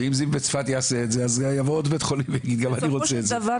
ואם "זיו" בצפת יעשה את זה אז יבוא "העמק" ויגיד שהוא רוצה את זה,